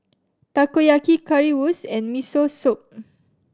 Takoyaki Currywurst and Miso Soup